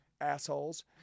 assholes